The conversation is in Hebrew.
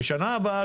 שנה הבאה,